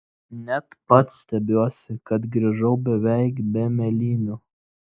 net pats stebiuosi kad grįžau beveik be mėlynių